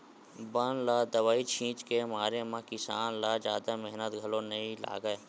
बन ल दवई छित के मारे म किसान ल जादा मेहनत घलो नइ लागय